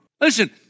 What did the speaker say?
Listen